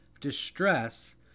...distress